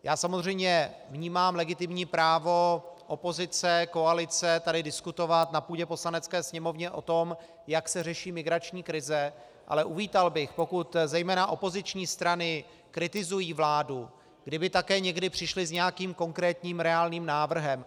Já samozřejmě vnímám legitimní právo opozice, koalice tady diskutovat na půdě Poslanecké sněmovny o tom, jak se řeší migrační krize, ale uvítal bych, pokud zejména opoziční strany kritizují vládu, kdyby také někdy přišly s nějakým konkrétním, reálným návrhem.